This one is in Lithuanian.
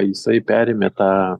jisai perėmė tą